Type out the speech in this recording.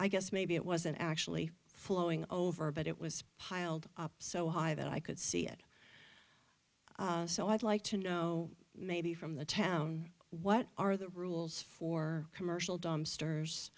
i guess maybe it wasn't actually flowing over but it was piled up so high that i could see it so i'd like to know maybe from the town what are the rules for commercial dumpsters